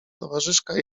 towarzyszka